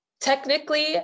technically